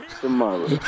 tomorrow